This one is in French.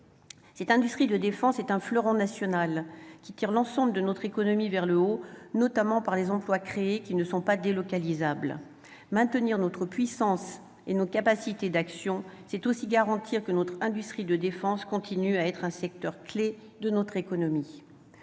Cette industrie de défense est un fleuron national qui tire l'ensemble de notre économie vers le haut, notamment par les emplois créés qui ne sont pas délocalisables. Maintenir notre puissance et nos capacités d'action, c'est aussi garantir que notre industrie de défense continue d'être un secteur clé de notre économie.